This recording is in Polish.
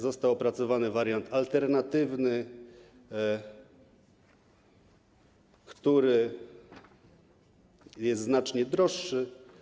Został opracowany wariant alternatywny, który jest znacznie droższy.